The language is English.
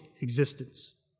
existence